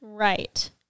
right